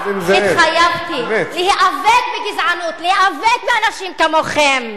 התחייבתי להיאבק בגזענות, להיאבק באנשים כמוכם.